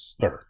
third